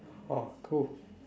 oh cool